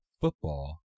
football